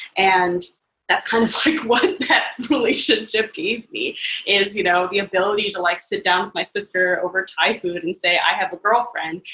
and that's kind of what that relationship gave me is you know the ability to like sit down with my sister over thai food and say, i have a girlfriend,